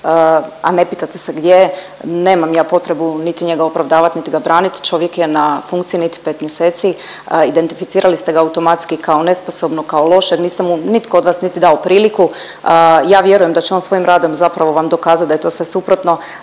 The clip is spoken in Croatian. a ne pitate se gdje je. Nemam ja potrebu niti njega opravdavat, niti branit, čovjek je na funkciji niti 5 mjeseci, identificirali ste ga automatski kao nesposobnog, kao lošeg, niste mu, nitko od vas niti dao priliku. Ja vjerujem da će on svojim radom zapravo vam dokazat da je to sve suprotno